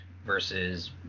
versus